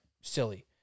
silly